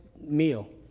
meal